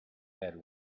had